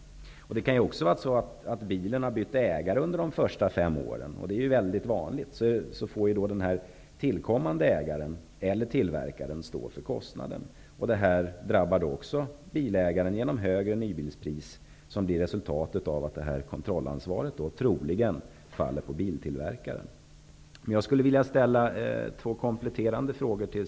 Ett ägarbyte kan också ha skett under de första fem åren, något som är väldigt vanligt. Då får den tillkommande bilägaren eller biltillverkaren stå för kostnaden. Även här drabbas bilägaren genom att det blir ett högre nybilspris. Det blir ju resultatet av att kontrollansvaret troligen faller på biltillverkaren. 1.